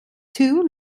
two